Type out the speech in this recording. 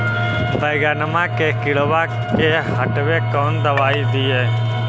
बैगनमा के किड़बा के हटाबे कौन दवाई दीए?